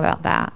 about that